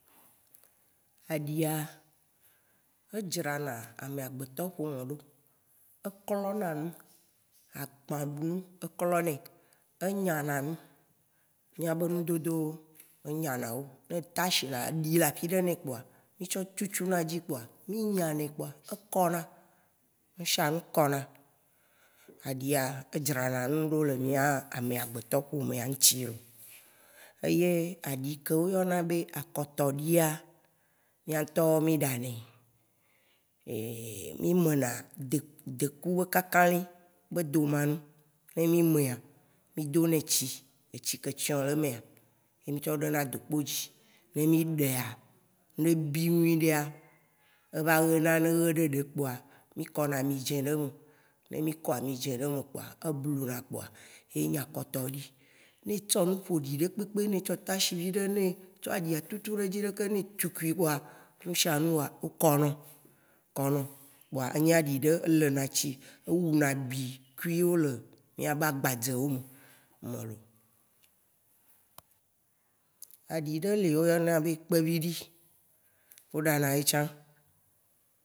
Aɖia adzra ame agbetɔ ƒome ɖo. eklɔ na nu agbã ɖu ŋu eklɔ nɛ, enya na nu mia be ŋdodowo enya na wo, ne tache eɖi le afi ɖe nɛ kpoa mi tsɔ tsutsuna dzi kpoa ekɔna ŋushiaŋu kɔna. aɖia ɛdzrana ŋudɔ le mia ame agbetɔ ƒomea ŋtsie lo eye aɖi ke wo wɔ na be akɔtɔɖia mia ŋtɔ mi ɖanɛ mi me na de- deku be kakãli be domanu ye mi mea mi do nɛ tsi. etsi ke tsuɔ̃ le mea ye mi tsɔ ɖe na dokpo dzi ne mi ɖɛa ne bi nyuiɖea eva ɣena ne ɣe ɖeɖe kpoa mi kɔna ami dzẽ ɖe me. ne mi kɔ ami dzẽ ɖe me ebluna kpoa ye nye akɔtɔɖi. Ne etsɔ nu ƒoɖi ɖekpekpe ne etsɔ tache viɖe ne etsɔ aɖia tsutsu ɖe ke ɖe dzi ne etsuikui kpoa ŋushiaŋua wo kɔ nɔ kpoa enye aɖi ɖe elena tsi. ewuna abikuiwo le mia be agbadze wo me lo. Aɖi ɖe le oyɔna be kpeviɖi wo ɖana ye tsã.